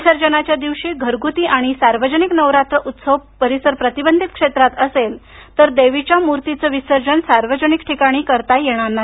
विसर्जनाच्या दिवशी घरगूती आणि सार्वजनिक नवरात्र उत्सव परिसर प्रतिबंधीत क्षेत्रात असेल तर देवीच्या मूर्तीचं विसर्जन सार्वजनिक ठिकाणी करता येणार नाही